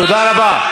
תודה רבה.